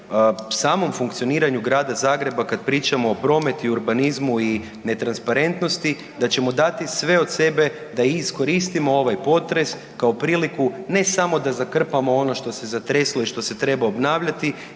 samom funkcioniranju grada Zagreba kad pričamo o prometu i urbanizmu i netransparentnosti, da ćemo dati sve od sebe da iskoristimo ovaj potres, kao priliku, ne samo da zakrpamo ono što se zatreslo i što se treba obnavljati,